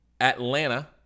Atlanta